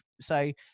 say